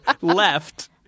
left